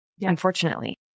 Unfortunately